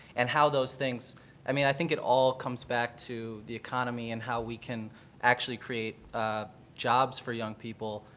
and how those things i mean, i think it all comes back to the economy and how we can actually create jobs for young people.